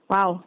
Wow